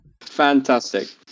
Fantastic